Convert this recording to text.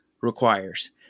requires